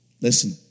Listen